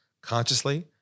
consciously